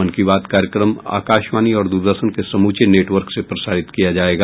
मन की बात कार्यक्रम आकाशवाणी और दूरदर्शन के समूचे नेटवर्क से प्रसारित किया जाएगा